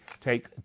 take